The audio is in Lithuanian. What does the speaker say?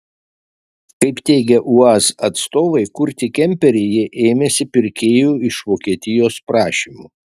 kaip teigia uaz atstovai kurti kemperį jie ėmėsi pirkėjų iš vokietijos prašymu